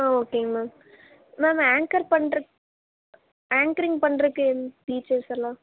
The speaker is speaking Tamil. ஆ ஓகேங்க மேம் மேம் ஆங்க்கர் பண்ணுற ஆங்க்கரிங் பண்றதுக்கு எதுவும் டீச்சர்ஸ் எல்லாம்